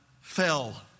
fell